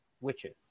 witches